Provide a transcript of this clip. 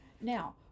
Now